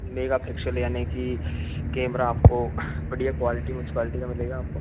megapixel यानि की camera आपको बढ़िया क्वालिटी उच्च क्वालिटी का मिलेगा आपको